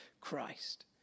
Christ